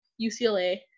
UCLA